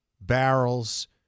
barrels